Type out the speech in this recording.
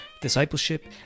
discipleship